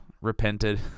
repented